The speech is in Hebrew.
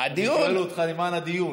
אני שואל אותך למען הדיון.